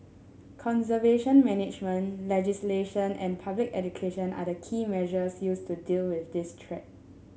conservation management legislation and public education are the key measures used to deal with this threat